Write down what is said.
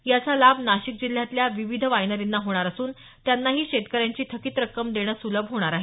याचा लाभ नाशिक जिल्ह्यातील विविध वायनरींना होणार असून त्यांनाही शेतकऱ्यांची थकीत रक्कम देणं सुलभ होणार आहे